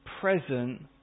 present